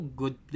good